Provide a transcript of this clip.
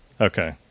Okay